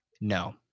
No